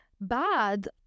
bad